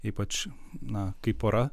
ypač na kai pora